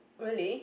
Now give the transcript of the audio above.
really